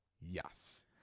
Yes